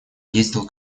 ездил